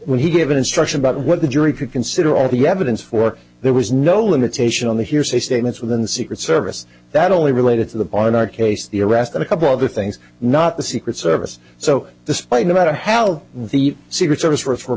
when he gave an instruction about what the jury could consider all the evidence for there was no limitation on the hearsay statements within the secret service that only related to the bar in our case the arrest of a couple other things not the secret service so despite no matter how the secret service were